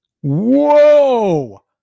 Whoa